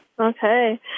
Okay